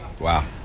Wow